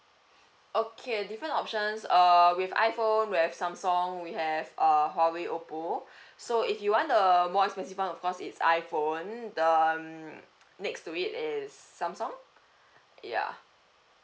okay different options err we have iPhone we have Samsung we have err Huawei Oppo so if you want the more expensive one of course it's iPhone the um next to it is Samsung ya